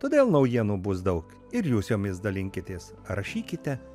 todėl naujienų bus daug ir jūs jomis dalinkitės rašykite